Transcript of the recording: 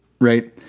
right